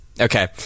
Okay